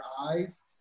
eyes